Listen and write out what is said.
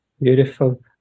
Beautiful